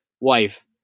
wife